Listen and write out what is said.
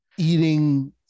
Eating